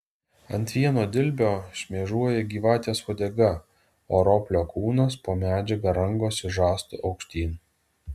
ant vieno dilbio šmėžuoja gyvatės uodega o roplio kūnas po medžiaga rangosi žastu aukštyn